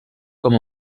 com